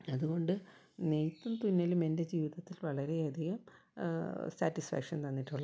അതുകൊണ്ട് നെയ്ത്തും തുന്നലും എൻ്റെ ജീവിതത്തിൽ വളരെയധികം സാറ്റിസ്ഫാക്ഷൻ തന്നിട്ടുള്ളതാണ്